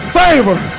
favor